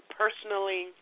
personally